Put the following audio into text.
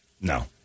no